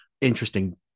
interesting